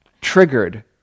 triggered